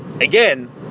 Again